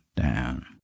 down